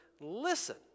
listen